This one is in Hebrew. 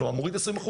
כלומר מוריד 20%,